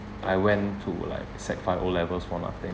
I went to like sec five O levels for nothing